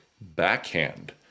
backhand